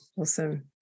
Awesome